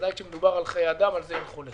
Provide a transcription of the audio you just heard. בוודאי כשמדובר על חיי אדם, על זה אין חולק.